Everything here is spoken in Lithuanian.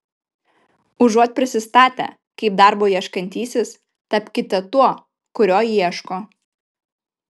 užuot prisistatę kaip darbo ieškantysis tapkite tuo kurio ieško